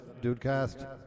DudeCast